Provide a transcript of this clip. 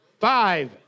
five